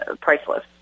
priceless